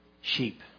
Sheep